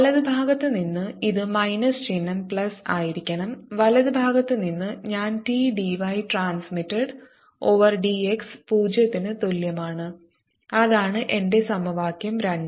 വലതുഭാഗത്ത് നിന്ന് ഇത് മൈനസ് ചിഹ്നo പ്ലസ് ആയിരിക്കും വലതുഭാഗത്ത് നിന്ന് ഞാൻ t dy transmitted over dx 0 ന് തുല്യമാണ് അതാണ് എന്റെ സമവാക്യം രണ്ട്